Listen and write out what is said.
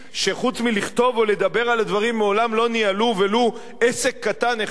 שחוץ מלכתוב או לדבר על הדברים מעולם לא ניהלו ולו עסק קטן אחד?